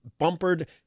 bumpered